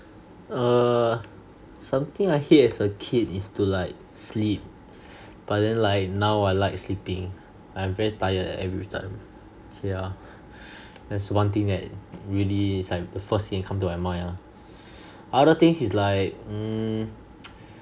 err something I hate as a kid is to like sleep but then like now I like sleeping I'm very tired every time yeah that's one thing that really it's like the first thing come into my mind ah other things is like mm